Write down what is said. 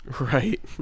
right